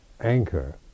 anchor